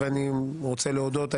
ואני רוצה להודות,